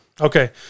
Okay